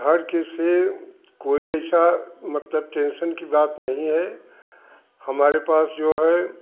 घर के से कोई ऐसा मतलब टेंशन की बात नहीं है हमारे पास जो है